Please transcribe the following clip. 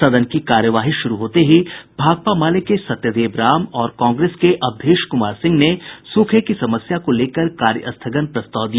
सदन की कार्यवाही शुरू होते ही भाकपा माले के सत्यदेव राम और कांग्रेस के अवधेश कुमार सिंह ने सूखे की समस्या को लेकर कार्य स्थगन प्रस्ताव दिया